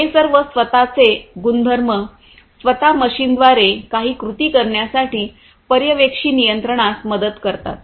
हे सर्व स्वत चे गुणधर्म स्वत मशीनद्वारे काही कृती करण्यासाठी पर्यवेक्षी नियंत्रणास मदत करतात